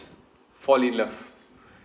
fall in love